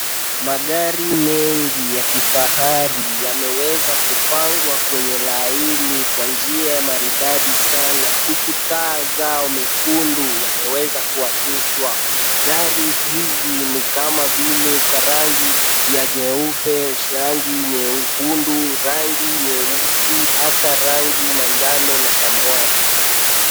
Magari mengi ya kifahari yameweza kupangwa kwenye laini kwa njia maridadi sana huku taa zao mekundu yameweza kuakishwa. Gari hizi ni kama vile kwa rangi ya nyeupe, rangi nyekundu, rangi nyeusi hata rangi manjano na samawati.